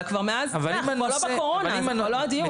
אבל אנחנו לא בקורונה, זה לא כבר הדיון.